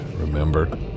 remember